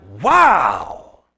Wow